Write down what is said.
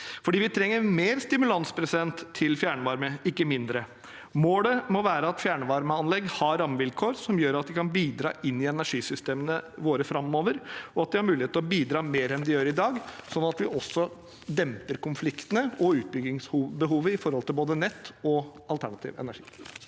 landet. Vi trenger mer stimulans til fjernvarme, ikke mindre. Målet må være at fjernvarmeanlegg har rammevilkår som gjør at de kan bidra inn i energisystemene våre framover, og at de har mulighet til å bidra mer enn de gjør i dag, slik at vi også demper konfliktene og utbyggingsbehovet når det gjelder både nett og alternative